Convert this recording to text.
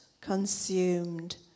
consumed